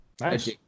Nice